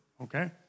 okay